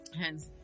Hence